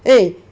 eh